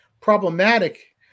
problematic